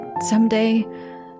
someday